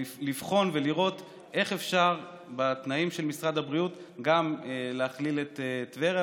לבחון ולראות איך אפשר בתנאים של משרד הבריאות גם להכליל את טבריה.